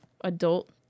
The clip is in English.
adult